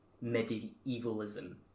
medievalism